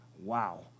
wow